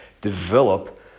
develop